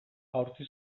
jaurti